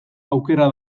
aukera